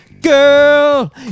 Girl